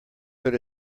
put